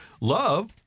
Love